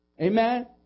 Amen